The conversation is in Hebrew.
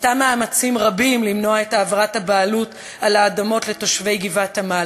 עשתה מאמצים רבים למנוע את העברת הבעלות על האדמות לתושבי גבעת-עמל,